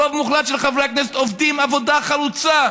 רוב מוחלט של חברי הכנסת עובדים עבודה חרוצה,